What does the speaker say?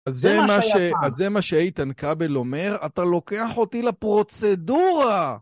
אז זה מה שהיית נקרא בלומר- אתה לוקח אותי לפרוצדורה!